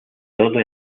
todo